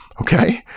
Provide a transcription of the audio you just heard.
Okay